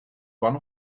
one